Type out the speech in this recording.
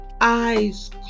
Eyes